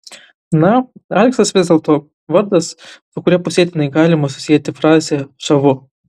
na aleksas vis dėlto vardas su kuriuo pusėtinai galima susieti frazę žavu